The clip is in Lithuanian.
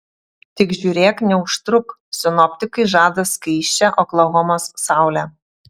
tik žiūrėk neužtruk sinoptikai žada skaisčią oklahomos saulę